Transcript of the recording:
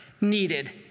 needed